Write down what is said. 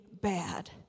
bad